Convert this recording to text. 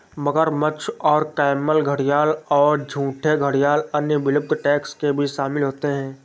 मगरमच्छ और कैमन घड़ियाल और झूठे घड़ियाल अन्य विलुप्त टैक्सा के बीच शामिल होते हैं